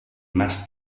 más